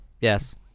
Yes